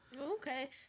Okay